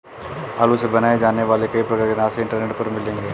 आलू से बनाए जाने वाले कई प्रकार के नाश्ते इंटरनेट पर मिलेंगे